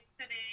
today